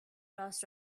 راست